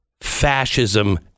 fascism